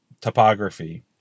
topography